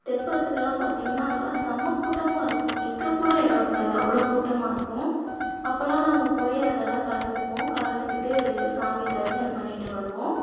தெப்பத்துக்குலாம் பார்த்திங்கன்னா அங்கேலாம் செம்ம கூட்டமாக இருக்கும் நிற்க கூட இடம் இருக்காது அவ்வளோ கூட்டமாக இருக்கும் அப்போலாம் நாங்கள் போய் அதுலெலாம் கலந்துப்போம் கலந்துக்கிட்டு சாமியை தரிசனம் பண்ணிகிட்டு வருவோம்